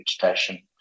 vegetation